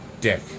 dick